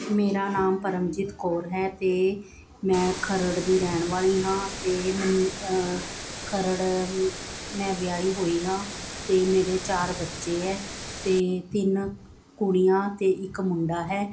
ਮੇਰਾ ਨਾਮ ਪਰਮਜੀਤ ਕੌਰ ਹੈ ਅਤੇ ਮੈਂ ਖਰੜ ਦੀ ਰਹਿਣ ਵਾਲੀ ਹਾਂ ਅਤੇ ਮੈਂ ਖਰੜ ਮੈਂ ਵਿਆਹੀ ਹੋਈ ਹਾਂ ਅਤੇ ਮੇਰੇ ਚਾਰ ਬੱਚੇ ਹੈ ਅਤੇ ਤਿੰਨ ਕੁੜੀਆਂ ਅਤੇ ਇੱਕ ਮੁੰਡਾ ਹੈ